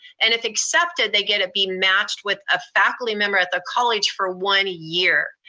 and if accepted they get to be matched with a faculty member at the college for one year.